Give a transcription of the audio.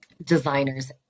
designers